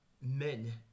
men